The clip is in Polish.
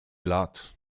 lat